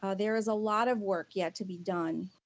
ah there is a lot of work yet to be done.